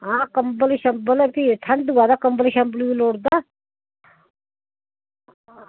आं कम्बल ठंड होऐ ते कम्बल बी लोड़दा